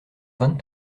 vingt